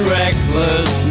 reckless